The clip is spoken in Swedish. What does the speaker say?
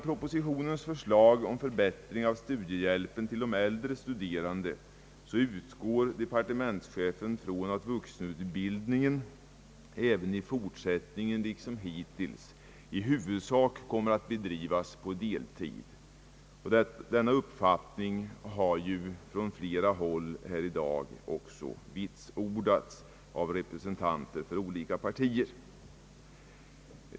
re studerande utgår departementschefen från att vuxenutbildningen i fortsättningen liksom hittills i huvudsak kommer att bedrivas på deltid. Denna uppfattning har ju från flera håll här i dag också vitsordats av representanter för olika partier.